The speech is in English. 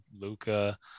Luca